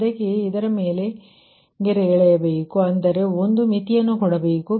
ಅದಕ್ಕೆ ಇದರ ಮೇಲೆ ಗೆರೆ ಎಳೆಯಬೇಕು ಅಂದರೆ ಒಂದು ಮಿತಿಯನ್ನು ಕೊಡಬೇಕು